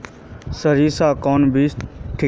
सरीसा कौन बीज ठिक?